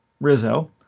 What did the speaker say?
Rizzo